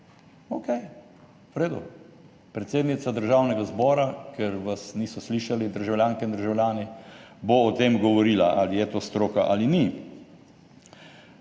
Okej, v redu. Predsednica Državnega zbora – ker vas niso slišali državljanke in državljani – bo o tem govorila, ali je to stroka ali ni.